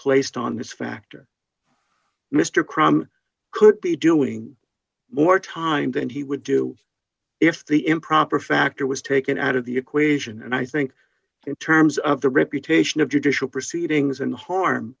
placed on this factor mr crumb could be doing more time than he would do if the improper factor was taken out of the equation and i think in terms of the reputation of judicial proceedings and